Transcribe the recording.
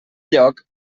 lloc